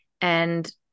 and-